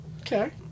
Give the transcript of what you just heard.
Okay